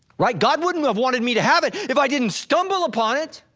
right? god wouldn't have wanted me to have it, if i didn't stumble upon it.